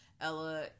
Ella